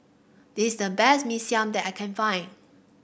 this is the best Mee Siam that I can find